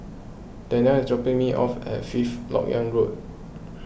Danelle is dropping me off at Fifth Lok Yang Road